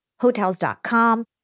Hotels.com